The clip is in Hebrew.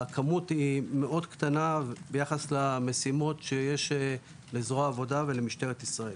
הכמות קטנה מאוד ביחס למשימות שיש לזרוע העבודה ולמשטרת ישראל.